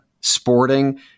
Sporting